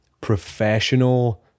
professional